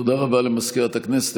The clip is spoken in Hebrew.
תודה רבה למזכירת הכנסת.